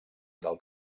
del